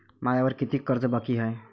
मायावर कितीक कर्ज बाकी हाय?